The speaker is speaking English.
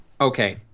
Okay